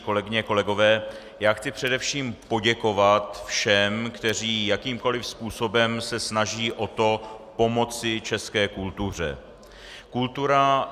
Kolegyně, kolegové, chci především poděkovat všem, kteří se jakýmkoli způsobem snaží o to pomoci české kultuře.